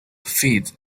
feet